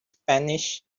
spanish